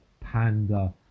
Panda